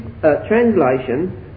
translation